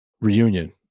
reunion